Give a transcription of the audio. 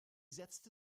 setzte